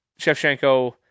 Shevchenko